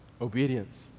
Obedience